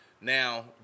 Now